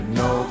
no